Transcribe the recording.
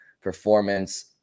performance